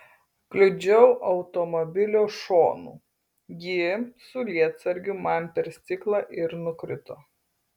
kliudžiau automobilio šonu ji su lietsargiu man per stiklą ir nukrito